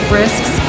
risks